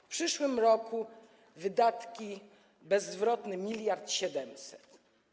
W przyszłym roku wydatki bezzwrotne: miliard 700.